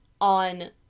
on